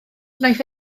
wnaiff